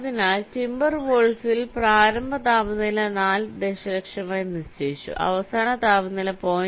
അതിനാൽ ടിംബർവോൾഫിൽ പ്രാരംഭ താപനില 4 ദശലക്ഷമായി നിശ്ചയിച്ചു അവസാന താപനില 0